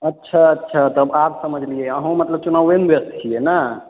अच्छा अच्छा तब आब समझलियै अहूँ मतलब चुनावेमे व्यस्त छियै नहि